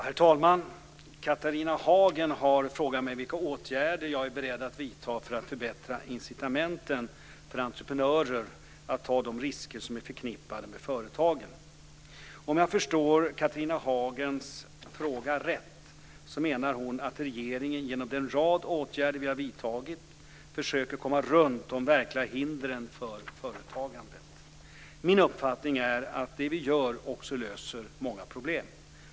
Herr talman! Catharina Hagen har frågat mig vilka åtgärder jag är beredd att vidta för att förbättra incitamenten för entreprenörer att ta de risker som är förknippade med företagande. Om jag förstår Catharina Hagens fråga rätt menar hon att regeringen genom den rad åtgärder vi har vidtagit försöker komma runt de verkliga hindren för företagande. Min uppfattning är att det vi gör också löser många problem.